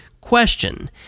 question